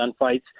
gunfights